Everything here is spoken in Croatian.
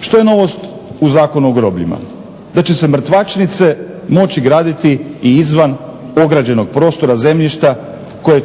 Što je novost u Zakonu o grobljima? Da će se mrtvačnice moći graditi i izvan ograđenog prostora zemljišta koje